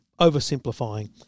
oversimplifying